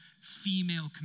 female